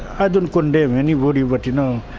i don't condemn anybody but, you know,